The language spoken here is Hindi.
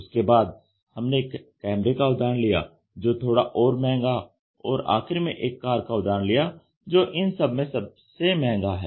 उसके बाद हमने एक कैमरे का उदाहरण लिया जो थोड़ा और महंगा और आख़िरी में एक कार का उदाहरण लिया जो इन सबमें सबसे महंगा है